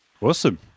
Awesome